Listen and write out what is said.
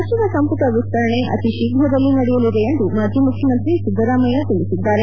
ಸಚಿವ ಸಂಪುಟ ವಿಸ್ತರಣೆ ಅತೀ ಶೀಘದಲ್ಲಿ ನಡೆಯಲಿದೆ ಎಂದು ಮಾಜಿ ಮುಖ್ಯಮಂತ್ರಿ ಸಿದ್ದರಾಮಯ್ಯ ತಿಳಿಸಿದ್ದಾರೆ